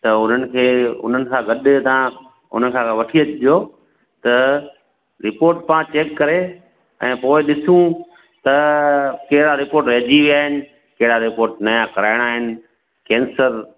त उन्हनि खे उन्हनि खां गॾ तव्हां उनखां वठी अचिजो त रिपोर्ट पाण चेक करे ऐं पोइ ॾिसूं त कहिड़ा रिपोर्ट रहजी विया आहिनि कहिड़ा रिपोर्ट नया कराइणा आहिनि कैंसर